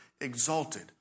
exalted